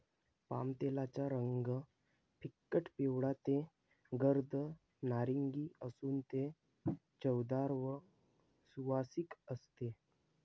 पामतेलाचा रंग फिकट पिवळा ते गर्द नारिंगी असून ते चवदार व सुवासिक असते